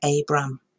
abram